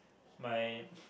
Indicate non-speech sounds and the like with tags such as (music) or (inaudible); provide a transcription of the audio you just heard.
my (breath)